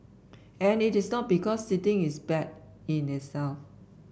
and it is not because sitting is bad in itself